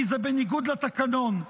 כי זה בניגוד בתקנון.